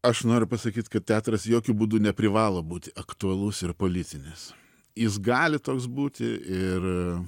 aš noriu pasakyt kad teatras jokiu būdu neprivalo būt aktualus ir politinis jis gali toks būti ir